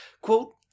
Quote